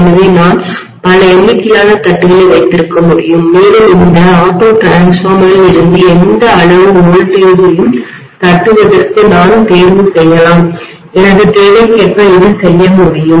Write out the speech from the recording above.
எனவே நான் பல எண்ணிக்கையிலான தட்டுகளை வைத்திருக்க முடியும் மேலும் இந்த ஆட்டோ டிரான்ஸ்பார்மரில் இருந்து எந்த அளவு மின்னழுத்தத்தையும் வோல்டேஜையும் தட்டுவதற்கு நான் தேர்வு செய்யலாம் எனது தேவைக்கேற்ப இதைச் செய்ய முடியும்